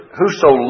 Whoso